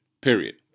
Period